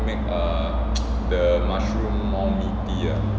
make err the mushroom more meaty ah